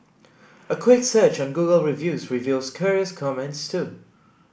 a quick search on Google Reviews reveals curious comments too